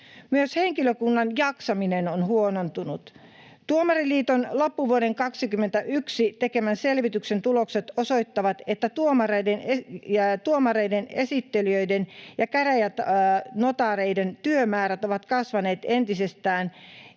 Myös henkilökunnan jaksaminen on huonontunut. Tuomariliiton loppuvuonna 21 tekemän selvityksen tulokset osoittavat, että tuomareiden, esittelijöiden ja käräjänotaareiden työmäärät ovat kasvaneet entisestään